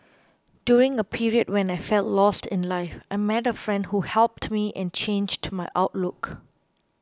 during a period when I felt lost in life I met a friend who helped me and changed my outlook